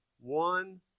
one